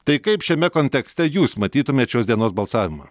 tai kaip šiame kontekste jūs matytumėt šios dienos balsavimą